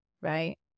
right